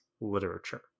literature